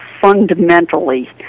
fundamentally